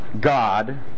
God